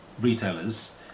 retailers